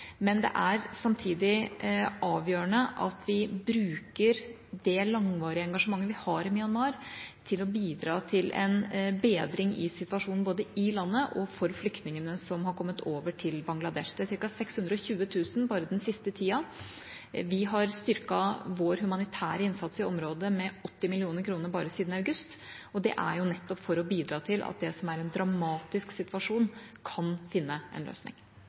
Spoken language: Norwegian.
Det er samtidig avgjørende at vi bruker det langvarige engasjementet vi har i Myanmar, til å bidra til en bedring i situasjonen både i landet og for flyktningene som har kommet over til Bangladesh. Det er ca. 620 000 bare den siste tida. Vi har styrket vår humanitære innsats i området med 80 mill. kr bare siden august, nettopp for å bidra til at det som er en dramatisk situasjon, kan få en løsning.